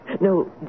No